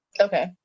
Okay